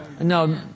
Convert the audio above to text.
No